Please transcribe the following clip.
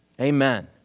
Amen